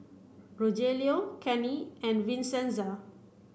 Rogelio Kenny and Vincenza